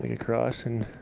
across and